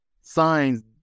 signs